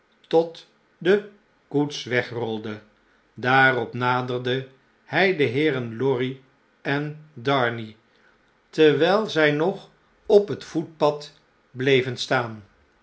tot de koets wegrolde daarop naderde hij de heeren lorry en darnay terwijl zij nog op het voetpad bleven staan